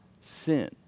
sin